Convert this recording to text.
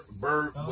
bird